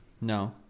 No